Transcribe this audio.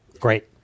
Great